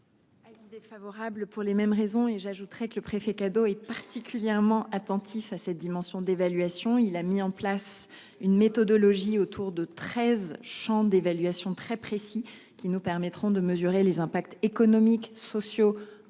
Défavorable pour les mêmes raisons. Et j'ajouterai que le préfet cadeau est particulièrement attentifs à cette dimension d'évaluation il a mis en place une méthodologie autour de 13. D'évaluation très précis qui nous permettront de mesurer les impacts économiques, sociaux,